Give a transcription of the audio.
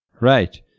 Right